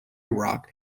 rock